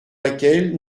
laquelle